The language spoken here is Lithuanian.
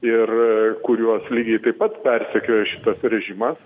ir kuriuos lygiai taip pat persekioja šitas režimas